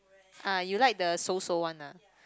ah you like the 熟熟 [one] ah